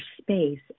space